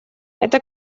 эта